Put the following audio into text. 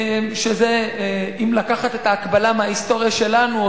אם לקחת את ההקבלה מההיסטוריה שלנו,